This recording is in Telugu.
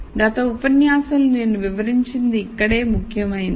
కాబట్టి గత ఉపన్యాసంలో నేను వివరించినది ఇక్కడే ముఖ్యమైంది